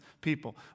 people